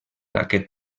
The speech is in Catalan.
aquest